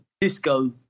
disco